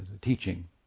teaching